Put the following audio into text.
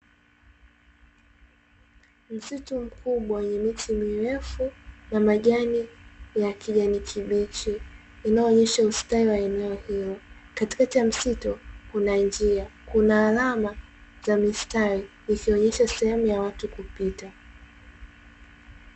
Msitu mkubwa wenye miti mirefu na majani ya kijani kibichi, inaonyesha ustawi wa eneo hilo. Katikati ya msitu kuna njia. Kuna alama za mistari, ikionyesha sehemu ya watu kupita.